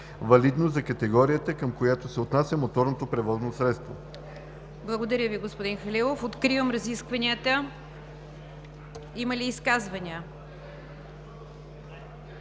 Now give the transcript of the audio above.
валидно за категорията, към която се отнася моторното превозно средство“.“ ПРЕДСЕДАТЕЛ НИГЯР ДЖАФЕР: Благодаря Ви, господин Халилов. Откривам разискванията. Има ли изказвания?